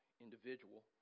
individual